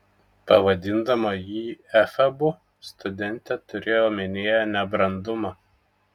pavadindama jį efebu studentė turėjo omenyje nebrandumą